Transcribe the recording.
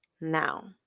now